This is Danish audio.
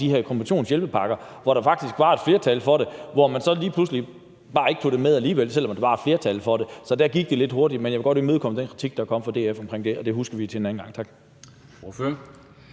de her kompensationshjælpepakker. Der var faktisk et flertal for det, men lige pludselig tog man det bare ikke med alligevel, altså selv om der var et flertal for det. Så der gik det lidt hurtigt, men jeg vil godt imødekomme den kritik, der er kommet fra DF om det, og det husker vi til en anden gang. Tak.